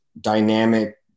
dynamic